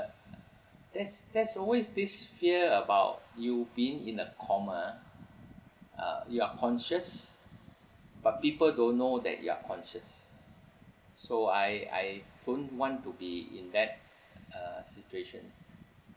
there's there's always this fear about you being in a comma uh you are conscious but people don't know that you are conscious so I I don't want to be in that uh situation